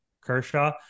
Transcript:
Kershaw